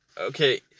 okay